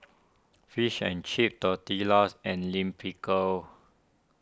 Fish and Chips Tortillas and Lime Pickle